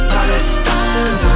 Palestine